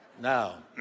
Now